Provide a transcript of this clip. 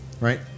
right